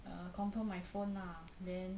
confirm my phone lah then